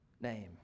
name